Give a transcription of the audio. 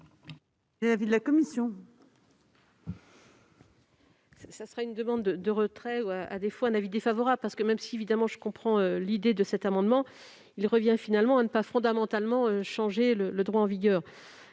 est l'avis de la commission